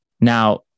Now